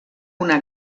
una